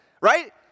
right